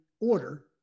order